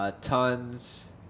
Tons